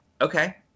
okay